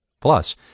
Plus